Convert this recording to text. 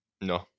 no